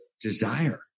desire